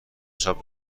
چاپ